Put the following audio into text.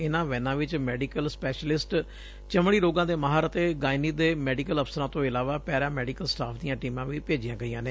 ਇਨੂਾਂ ਵੈਨਾਂ ਵਿਚ ਮੈਡੀਕਲ ਸਪੈਸ਼ਲਿਸਟ ਚਮਤੀ ਰੋਗਾਂ ਦੇ ਮਾਹਿਰ ਅਤੇ ਗਾਇਨੀ ਦੇ ਮੈਡੀਕਲ ਅਫਸਰਾ ਤੋਂ ਇਲਾਵਾ ਪੈਰਾ ਮੈਡੀਕਲ ਸਟਾਫ ਦੀਆਂ ਟੀਮਾਂ ਵੀ ਭੇਜੀਆਂ ਗਈਆਂ ਨੇ